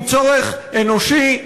הוא צורך אנושי.